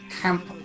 camp